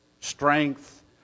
strength